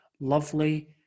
lovely